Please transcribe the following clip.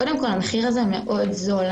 קודם כל המחיר מאוד זול,